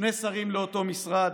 שני שרים לאותו משרד,